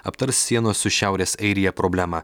aptars sienos su šiaurės airija problemą